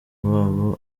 babo